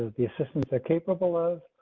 the assistance, they're capable of.